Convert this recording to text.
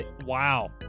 Wow